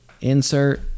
insert